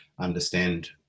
understand